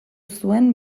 zuen